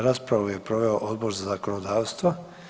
Raspravu je proveo Odbor za zakonodavstvo.